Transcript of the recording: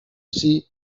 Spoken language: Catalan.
ací